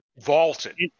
vaulted